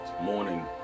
morning